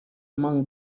among